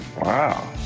wow